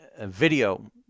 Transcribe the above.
video